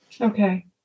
okay